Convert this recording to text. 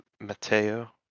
Mateo